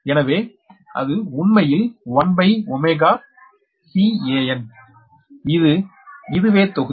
எனவே அது உண்மையில் 1can இது இதுவே தொகுதி